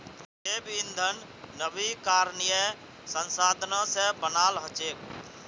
जैव ईंधन नवीकरणीय संसाधनों से बनाल हचेक